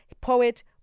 poet